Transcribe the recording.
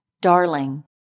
Darling